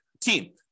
team